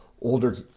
older